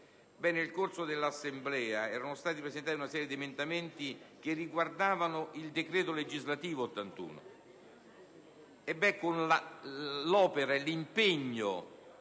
Nel corso dell'esame in Assemblea, era stata presentatA una serie di emendamenti che riguardavano il decreto legislativo n.